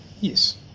yes